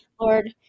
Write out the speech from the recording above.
Lord